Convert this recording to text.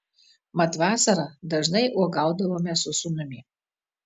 mat vasarą dažnai uogaudavome su sūnumi